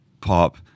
pop